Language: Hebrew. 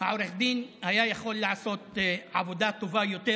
עורך הדין היה יכול לעשות עבודה טובה יותר,